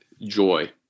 joy